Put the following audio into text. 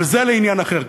אבל זה עניין אחר.